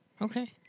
Okay